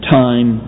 time